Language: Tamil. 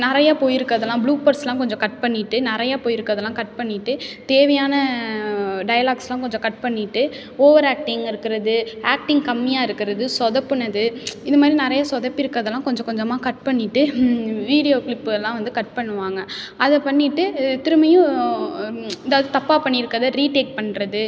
நிறையா போயிருக்கிறதுலாம் ப்ளூபர்ஸ்லாம் கொஞ்சம் கட் பண்ணிவிட்டு நிறையா போய்ருக்கறதுலாம் கட் பண்ணிவிட்டு தேவையான டயலாக்ஸுலாம் கொஞ்சம் கட் பண்ணிவிட்டு ஓவர் ஆக்டிங் இருக்கிறது ஆக்டிங் கம்மியாக இருக்கிறது சொதப்பினது இது மாதிரி நிறையா சொதப்பிருக்கிறதுலாம் கொஞ்சம் கொஞ்சமாக கட் பண்ணிவிட்டு வீடியோ க்ளிப்புலாம் வந்து கட் பண்ணுவாங்க அதை பண்ணிவிட்டு திரும்பியும் ஏதாவது தப்பாக பண்ணிருக்கிறத ரீடேக் பண்ணுறது